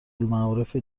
المعارف